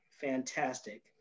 fantastic